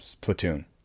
platoon